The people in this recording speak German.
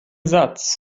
satz